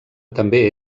també